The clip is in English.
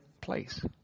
place